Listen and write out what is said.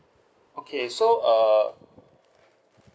okay so uh